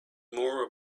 more